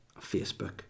Facebook